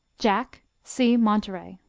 jack see monterey.